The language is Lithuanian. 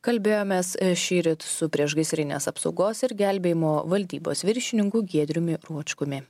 kalbėjomės šįryt su priešgaisrinės apsaugos ir gelbėjimo valdybos viršininku giedriumi ručkumi